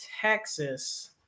Texas